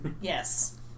Yes